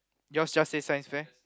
yours just says Science fair